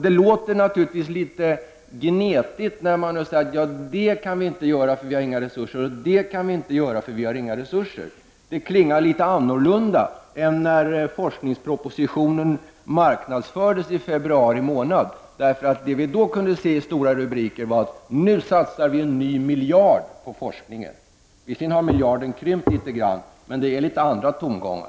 Det låter naturligtvis litet gnetigt när regeringen nu säger att den inte kan göra det ena eller det andra eftersom den inte har några resurser. Det klingar litet annorlunda än när forskningspropositionen marknadsfördes i februari månad. Det vi då kunde se i stora rubriker var: Nu satsar vi en ny miljard på forskningen. Visserligen har miljarden krympt litet grand, men det är litet andra tongångar.